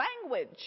language